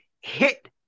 hit